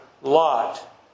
Lot